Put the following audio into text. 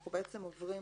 אנחנו עוברים